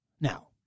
Now